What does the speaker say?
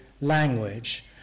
language